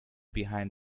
behind